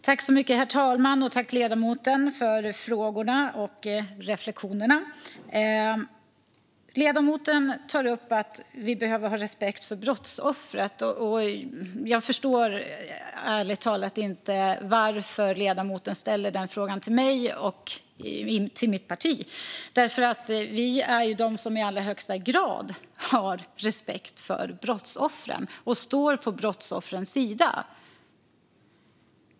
Herr talman! Tack, ledamoten, för frågorna och reflektionerna! Ledamoten tar upp att vi behöver ha respekt för brottsoffren. Jag förstår ärligt talat inte varför ledamoten ställer frågan om det till mig och mitt parti. Vi är ju de som i allra högsta grad har respekt för brottsoffren och står på brottsoffrens sida.